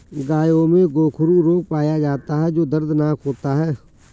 गायों में गोखरू रोग पाया जाता है जो दर्दनाक होता है